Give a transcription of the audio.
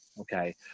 Okay